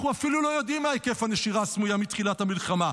אנחנו אפילו לא יודעים מה היקף הנשירה הסמויה מתחילת המלחמה,